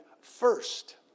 first